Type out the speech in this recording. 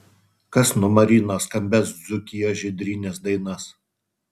kas numarino skambias dzūkijos žydrynės dainas